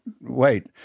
wait